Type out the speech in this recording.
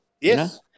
Yes